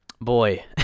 boy